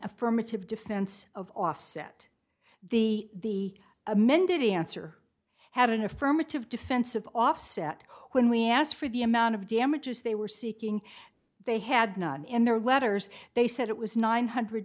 affirmative defense of offset the amended answer had an affirmative defense of offset when we asked for the amount of damages they were seeking they had none in their letters they said it was nine hundred